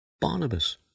Barnabas